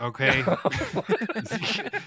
okay